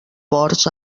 ports